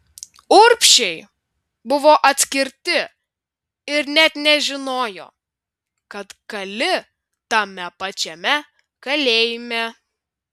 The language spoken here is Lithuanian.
urbšiai buvo atskirti ir net nežinojo kad kali tame pačiame kalėjime